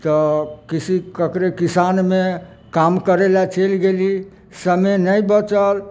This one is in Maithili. तऽ कृषि ककरे किसानमे काम करय लए चलि गेली समय नहि बचल